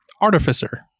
artificer